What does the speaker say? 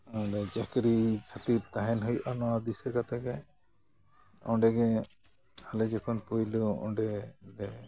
ᱚᱸᱰᱮ ᱪᱟᱹᱠᱨᱤ ᱠᱷᱟᱹᱛᱤᱨ ᱛᱟᱦᱮᱱ ᱦᱩᱭᱩᱜᱼᱟ ᱱᱚᱣᱟ ᱫᱤᱥᱟᱹ ᱠᱟᱛᱮ ᱜᱮ ᱚᱸᱰᱮ ᱜᱮ ᱟᱞᱮ ᱡᱚᱠᱷᱚᱱ ᱯᱳᱭᱞᱳ ᱚᱸᱰᱮ ᱞᱮ